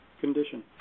condition